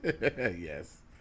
Yes